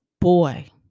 boy